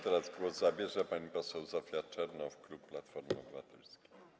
Teraz głos zabierze pani poseł Zofia Czernow, klub Platformy Obywatelskiej.